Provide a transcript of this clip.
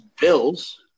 Bills